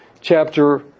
chapter